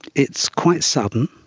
it's quite sudden,